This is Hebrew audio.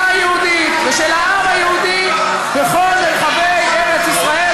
היהודית ושל העם היהודי בכל מרחבי ארץ-ישראל,